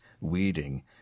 weeding